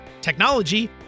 technology